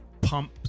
pump